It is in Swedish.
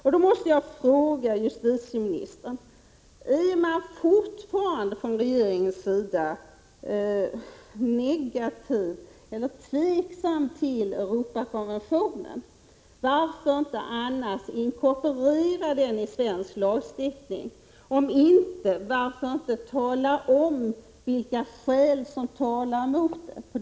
Jag måste fråga justitieministern: Är regeringen fortfarande negativt inställd till eller tveksam i fråga om Europakonventionen? Varför inkorporeras den annars inte i svensk lagstiftning? Varför vill regeringen inte ange vilka skäl som talar mot detta?